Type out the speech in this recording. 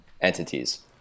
entities